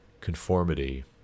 conformity